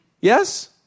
Yes